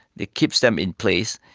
it keeps them in place.